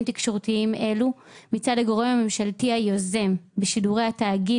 תקשורתיים אלו מצד הגורם הממשלתי היוזם בשידורי התאגיד